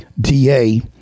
DA